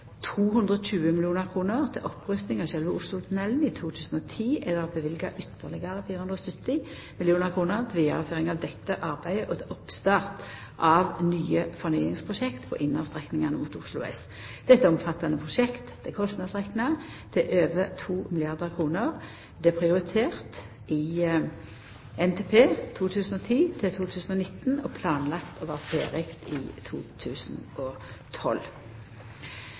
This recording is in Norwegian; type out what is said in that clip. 220 mill. kr til opprusting av sjølve Oslotunnelen. I 2010 er det løyvd ytterlegare 470 mill. kr til vidareføring av dette arbeidet og til oppstart av nye fornyingsprosjekt på innerstrekningane mot Oslo S. Dette er eit omfattande prosjekt. Det er kostnadsrekna til over 2 milliardar kr. Det er prioritert i NTP 2010–2019 og planlagt å vera ferdig i 2012.